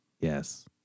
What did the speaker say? Yes